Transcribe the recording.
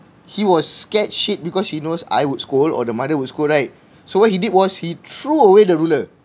he was scared shit because he knows I would scold or the mother would scold right so what he did was he threw away the ruler